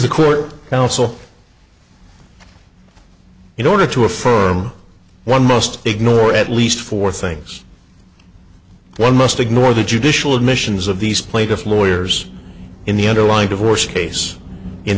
the court counsel in order to affirm one must ignore at least four things one must ignore the judicial admissions of these plaintiff lawyers in the underlying divorce case in